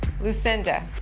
Lucinda